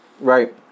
Right